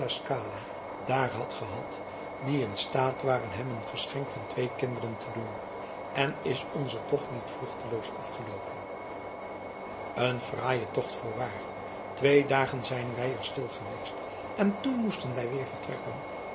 daar had gehad die in staat waren hem een geschenk van twee kinderen te doen en is onze tocht niet vruchteloos afgeloopen een fraaie tocht voorwaar twee dagen zijn wij er stil geweest en toen moesten wij weer vertrekken